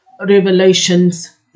Revelations